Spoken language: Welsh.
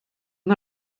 mae